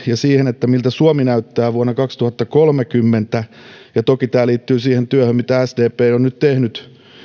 ja siihen miltä suomi näyttää vuonna kaksituhattakolmekymmentä toki tämä liittyy siihen työhön mitä sdp on nyt tehnyt